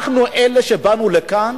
אנחנו, אלה שבאנו לכאן,